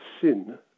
sin